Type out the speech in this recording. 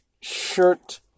Shirt